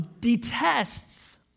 detests